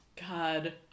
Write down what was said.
God